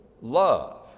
love